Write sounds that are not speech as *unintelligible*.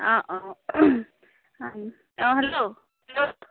অঁ অঁ হেল্ল' *unintelligible*